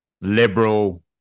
liberal